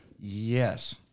Yes